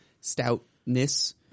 stoutness